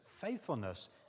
faithfulness